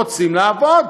רוצים לעבוד.